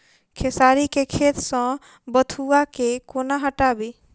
खेसारी केँ खेत सऽ बथुआ केँ कोना हटाबी